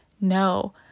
no